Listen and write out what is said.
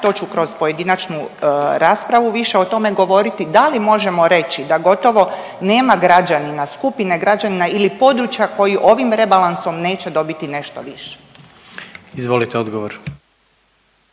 To ću kroz pojedinačnu raspravu, više o tome govoriti. Da li možemo reći da gotovo nema građanina, skupine građanina ili područja koji ovim rebalansom neće dobiti nešto više? **Jandroković,